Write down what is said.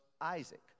Isaac